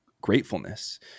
gratefulness